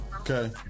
Okay